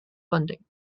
funding